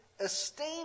esteem